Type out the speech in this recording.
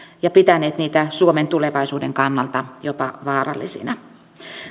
ja pitäneet niitä suomen tulevaisuuden kannalta jopa vaarallisina